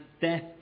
death